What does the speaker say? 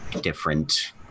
different